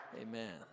Amen